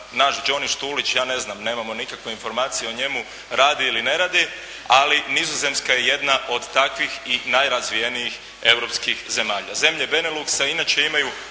naš Đoni Štulić ja ne znam, nemamo nikakve informacije o njemu, radi ili ne radi, ali Nizozemska je jedna od takvih i najrazvijenijih europskih zemalja. Zemlje beneluksa inače imaju